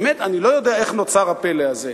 באמת אני לא יודע איך נוצר הפלא הזה.